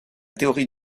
théorie